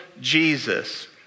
Jesus